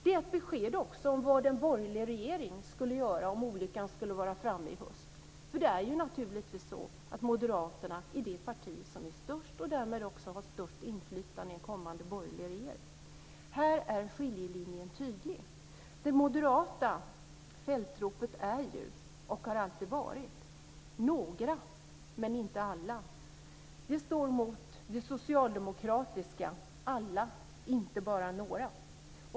Det är ett besked också om vad en borgerlig regering skulle göra om olyckan var framme till hösten. Moderaterna är naturligtvis det parti som är störst och därmed också har störst inflytande i en kommande borgerlig regering. Här är skiljelinjen tydlig. Det moderata fältropet är ju och har alltid varit: Några men inte alla. Det står mot det socialdemokratiska: Alla, inte bara några.